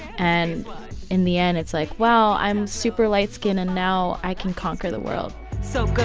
and in the end, it's like, wow, i'm super light skinned. and now i can conquer the world so, girls,